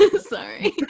sorry